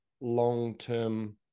long-term